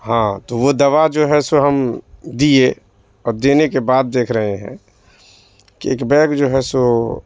ہاں تو وہ دوا جو ہے سو ہم دیے اور دینے کے بعد دیکھ رہے ہیں کہ ایک بیگ جو ہے سو